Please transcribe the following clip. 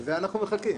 לזה אנחנו מחכים.